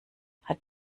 hat